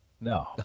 No